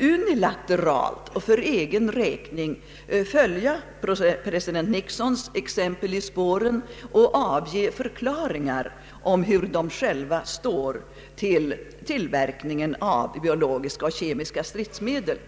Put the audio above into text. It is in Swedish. unilateralt och för egen räkning följa president Nixons exempel och avge förklaringar om hur de själva ställer sig till tillverkningen av biologiska och kemiska stridsmedel.